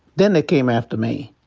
then they came after me.